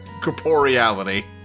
corporeality